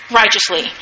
righteously